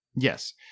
Yes